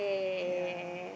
yeah